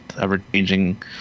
ever-changing